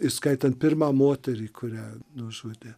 įskaitant pirmą moterį kurią nužudė